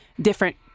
different